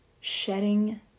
shedding